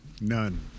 none